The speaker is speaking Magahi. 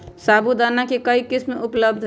साबूदाना के कई किस्म उपलब्ध हई